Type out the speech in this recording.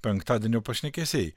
penktadienio pašnekesiai